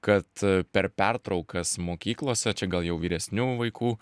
kad per pertraukas mokyklose čia gal jau vyresnių vaikų